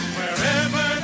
wherever